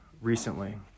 recently